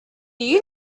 you